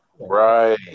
Right